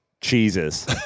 cheeses